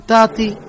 Tati